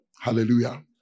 Hallelujah